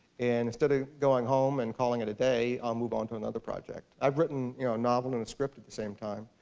and instead of going home and calling it a day, i'll move on to another project. i've written you know a novel and a script at the same time.